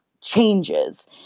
changes